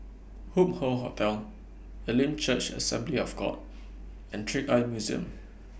Hup Hoe Hotel Elim Church Assembly of God and Trick Eye Museum